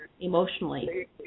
emotionally